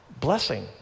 blessing